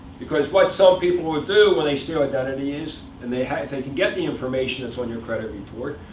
because what some people will do when they steal identity is, and they have if they can get the information that's on your credit report,